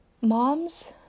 Moms